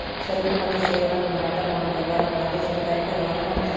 ಸರಕು ಮತ್ತು ಸೇವೆಗಳನ್ನ ಮಾರಾಟ ಮಾಡೊ ವ್ಯವಹಾರಗಳಿಂದ ಸರ್ಕಾರಕ್ಕ ರವಾನೆ ಮಾಡ್ತಾರ